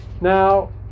Now